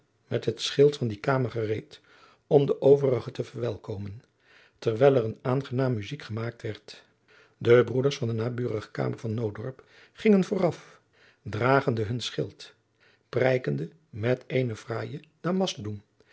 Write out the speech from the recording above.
met het schild van die kamer gereed om de overige te verwelkomen terwijl er een aangenaam muzijk gemaakt werd de broeders van de naburige kamer van nootdorp gingen vooraf dragende hun schild prijkende met eene fraaije damastbloem